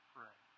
Pray